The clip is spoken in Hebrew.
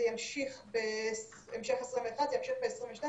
זה ימשיך בהמשך 21' וזה ימשיך ב-22',